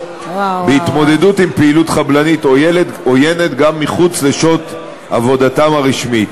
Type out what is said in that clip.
בהתמודדות עם פעילות חבלנית עוינת גם מחוץ לשעות עבודתם הרשמית,